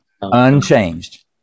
unchanged